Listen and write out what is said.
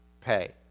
pay